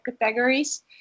categories